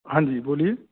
ਹਾਂਜੀ ਬੋਲੀਏ